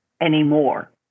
anymore